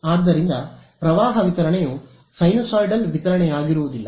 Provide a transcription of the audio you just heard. ಆದ್ದರಿಂದ ಪ್ರವಾಹ ವಿತರಣೆಯು ಸೈನುಸೈಡಲ್ ವಿತರಣೆಯಾಗಿರುವುದಿಲ್ಲ